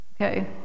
okay